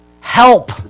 Help